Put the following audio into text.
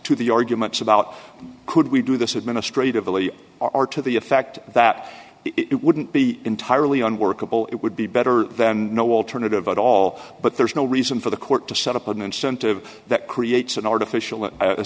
to the arguments about could we do this administratively are to the effect that it wouldn't be entirely unworkable it would be better than no alternative at all but there's no reason for the court to set up an incentive that creates an artificial